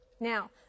now